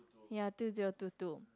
yea two zero two two